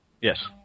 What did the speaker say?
Yes